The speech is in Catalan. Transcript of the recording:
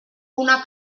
una